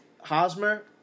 Hosmer